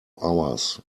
hours